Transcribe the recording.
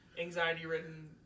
anxiety-ridden